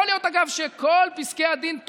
יכול להיות, אגב, שכל פסקי הדין הם טובים.